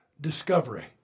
discovery